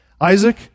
Isaac